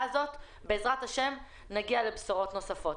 הזאת בעזרת השם נגיע לבשורות נוספות.